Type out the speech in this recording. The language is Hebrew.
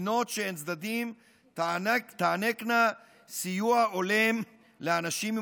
מדינות שהן צדדים תענקנה סיוע הולם לאנשים עם